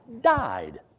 died